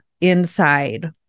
inside